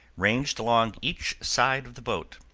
ranged along each side of the boat.